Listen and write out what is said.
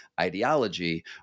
ideology